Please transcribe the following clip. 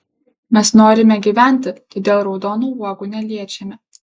mes norime gyventi todėl raudonų uogų neliečiame